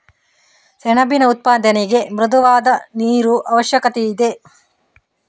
ಸೆಣಬಿನ ಉತ್ಪಾದನೆಗೆ ಮೃದುವಾದ ನೀರು ಅವಶ್ಯಕತೆಯಿದೆ